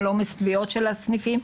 על עומס תביעות של הסניפים,